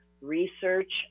research